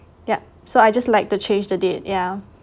yup so I just like to change the date yeah